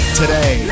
today